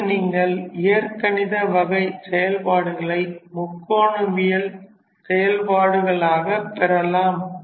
அடுத்து நீங்கள் இயற்கணித வகை செயல்பாடுகளை முக்கோணவியல் செயல்பாடுகளால் பெருக்கலாம்